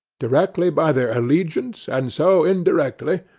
directly by their allegiance, and so indirectly,